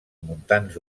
montans